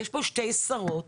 יש פה שתי שרות,